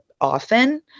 often